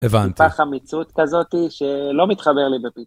הבנתי. טיפה חמיצות כזאתי שלא מתחבר לי